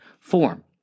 form